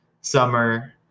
summer